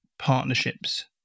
partnerships